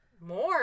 More